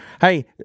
Hey